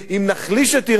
אם נחליש את אירן,